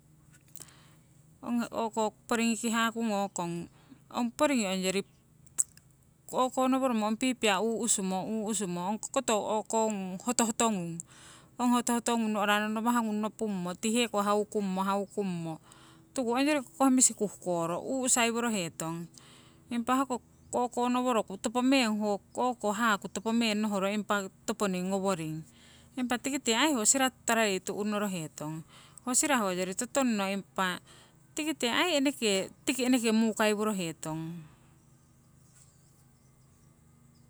Ong o'ko poringiki haku ngokong, ong poringii ongyori o'konoworomo ong pipia uu'sumo uu'sumo ongko koto o'ko ngung hotohoto ngung, ong hotohoto ngung no'ra ngawah nopungmo tii heko haukungmo haukummo tuku ongyori koh misi koh kuhkoro uu'saiworo hetong. Impah hoko o'konoworoku topo meng ho o'ko haku topo meng noro impa toponing ngoworing, impa tikite aii ho sira totorarei tu'norohetong. Ho sira hoyori totongno impa tikite aii eneke tiki eneke mukai worohetong.